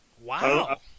Wow